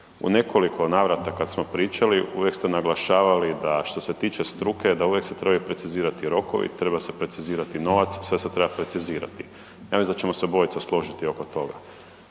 U nekoliko navrata kad smo pričali uvijek ste naglašavali da što se tiče struke uvijek se trebaju precizirati rokovi, treba se precizirati novac, sve se treba precizirati. Ja mislim da ćemo se obojica složiti oko toga.